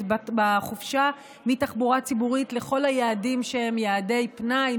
בחופשה מתחבורה ציבורית לכל היעדים שהם יעדי פנאי,